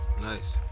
nice